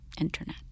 internet